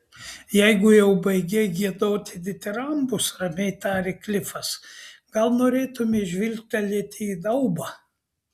jeigu jau baigei giedoti ditirambus ramiai tarė klifas gal norėtumei žvilgtelėti į daubą